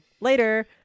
later